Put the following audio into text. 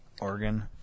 organ